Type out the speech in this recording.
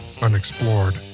unexplored